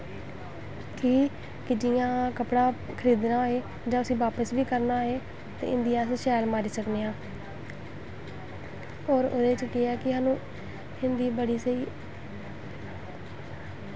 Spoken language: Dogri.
की के जियां कपड़ा खरीदना होऐ जां उसी बापस बी करना होऐ ते हिन्दी अस शैल मारी सकने आं होर एह्दे च केह् ऐ कि सानूं हिन्दी बड़ी स्हेई